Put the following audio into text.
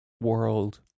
world